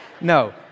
No